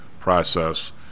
process